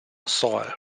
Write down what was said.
soil